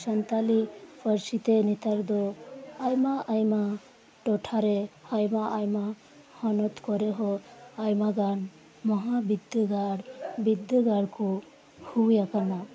ᱥᱟᱱᱛᱟᱞᱤ ᱯᱟᱨᱥᱤ ᱛᱮ ᱱᱮᱛᱟᱨ ᱫᱚ ᱟᱭᱢᱟ ᱟᱭᱢᱟ ᱴᱚᱴᱷᱟᱨᱮ ᱟᱭᱢᱟ ᱟᱭᱢᱟ ᱦᱚᱱᱚᱛ ᱠᱚᱨᱮᱦᱚᱸ ᱟᱭᱢᱟ ᱜᱟᱱ ᱢᱚᱦᱟ ᱵᱤᱨᱫᱟᱹᱜᱟᱲ ᱵᱤᱨᱫᱟᱹᱜᱟᱲ ᱠᱚ ᱦᱩᱭ ᱟᱠᱟᱱᱟ